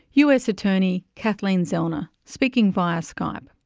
us attorney kathleen zellner speaking via skype.